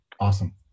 Awesome